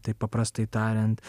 paprastai tariant